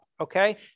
okay